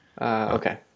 Okay